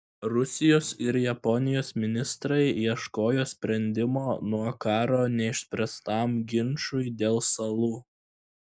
rusijos ir japonijos ministrai ieškojo sprendimo nuo karo neišspręstam ginčui dėl salų